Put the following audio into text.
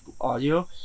audio